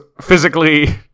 physically